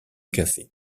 café